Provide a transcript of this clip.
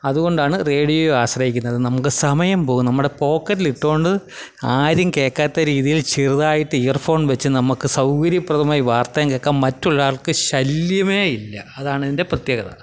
അതുകൊണ്ടാണ് റേഡിയോയെ ആശ്രയിക്കുന്നത് നമുക്ക് സമയം പോകും നമ്മുടെ പോക്കറ്റിലിട്ടുകൊണ്ട് ആരും കേൾക്കാത്ത രീതിയിൽ ചെറുതായിട്ട് ഇയർഫോൺ വെച്ച് നമുക്ക് സൗകര്യപ്രദമായി വാർത്തയും കേൾക്കാം മറ്റൊരാൾക്ക് ശല്യമേ ഇല്ല അതാണിതിൻ്റെ പ്രതേകത